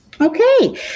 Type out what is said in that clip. Okay